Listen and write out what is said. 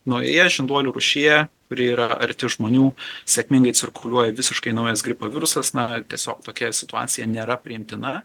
naujoje žinduolių rūšyje kuri yra arti žmonių sėkmingai cirkuliuoja visiškai naujas gripo virusas na tiesiog tokia situacija nėra priimtina